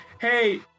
hey